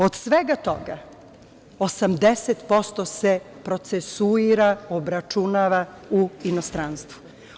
Od svega toga 80% se procesuira, obračunava u inostranstvu.